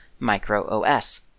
MicroOS